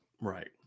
Right